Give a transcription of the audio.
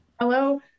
Hello